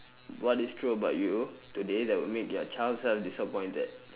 what is true about you today that would make your child self disappointed